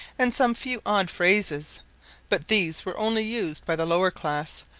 and some few odd phrases but these were only used by the lower class,